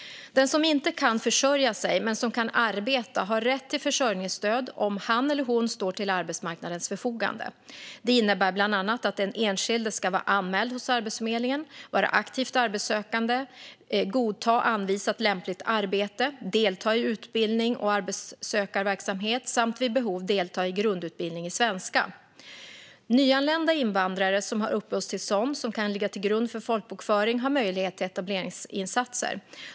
Den som inte kan försörja sig men som kan arbeta har rätt till försörjningsstöd om han eller hon står till arbetsmarknadens förfogande. Det innebär bland annat att den enskilde ska vara anmäld hos Arbetsförmedlingen, vara aktivt arbetssökande, godta anvisat lämpligt arbete, delta i utbildning och arbetssökarverksamhet samt vid behov delta i grundutbildning i svenska. Nyanlända invandrare som har uppehållstillstånd som kan ligga till grund för folkbokföring har möjlighet till etableringsinsatser.